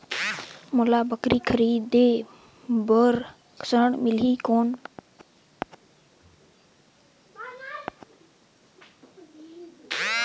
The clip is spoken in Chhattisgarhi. मोला बकरी खरीदे बार ऋण मिलही कौन?